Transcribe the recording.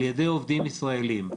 על ידי עובדים ישראלים.